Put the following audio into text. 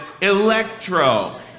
electro